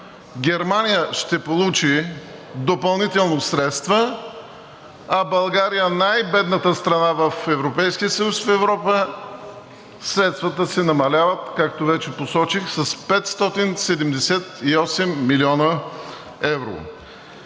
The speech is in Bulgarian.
Германия ще получи допълнително средства, а за България – най-бедната страна в Европейския съюз и в Европа, средствата се намаляват, както вече посочих, с 578 млн. евро.